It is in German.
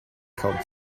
kaum